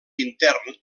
intern